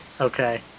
Okay